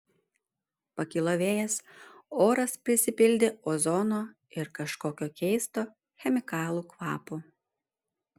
pakilo vėjas oras prisipildė ozono ir kažkokio keisto chemikalų kvapo